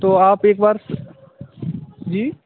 तो आप एक बार जी